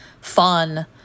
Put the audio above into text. fun